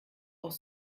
auch